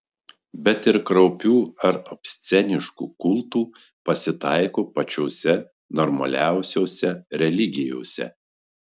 bet ir kraupių ar obsceniškų kultų pasitaiko pačiose normaliausiose religijose